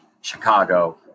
Chicago